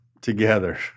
together